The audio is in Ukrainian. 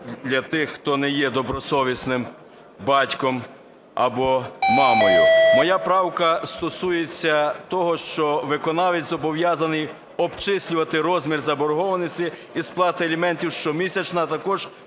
для тих, хто не є добросовісним батьком або мамою. Моя правка стосується того, що виконавець зобов'язаний обчислювати розмір заборгованості і сплати аліментів щомісячно, а також